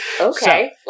Okay